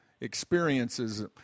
experiences